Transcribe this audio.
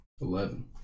eleven